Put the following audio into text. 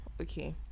okay